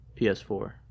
PS4